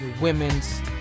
women's